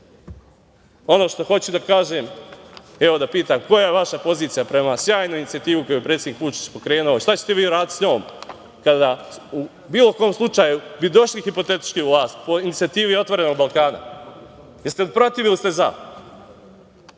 što hoću da kažem, evo, da pitam - koja je vaša pozicija prema sjajnoj inicijativi koju je predsednik Vučić pokrenuo, šta ćete vi uraditi sa njom kada u bilo kom slučaju bi došli hipotetički na vlast po inicijativi "Otvorenog Balkana"? Jeste li protiv ili ste za?